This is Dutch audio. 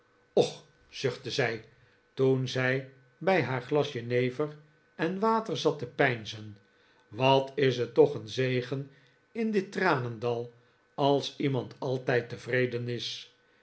ochl zuchtte zij toen zij bij haar glas jenever en water zat te peinzen wat is het toch een zegen in dit tranendal als iemand altijd tevreden is